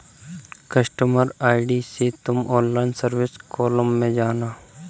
customer ID से तुम online service column में जाना